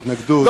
התנגדות,